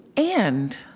and